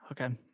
Okay